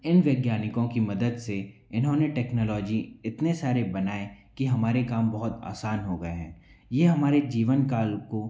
इन वैज्ञानिकों की मदद से इन्होंने टेक्नोलॉजी इतने सारे बनाए कि हमारे काम बहुत आसान हो गए हैं यह हमारे जीवनकाल को